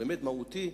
באמת מהותי,